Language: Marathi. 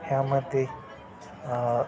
ह्या मते